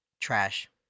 Trash